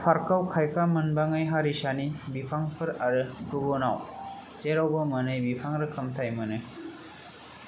पार्काव खायफा मोनबाङै हारिसानि बिफांफोर आरो गुबुनाव जेरावबो मोनै बिफां रोखोमथाय मोनो